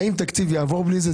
האם התקציב יעבור בלי זה?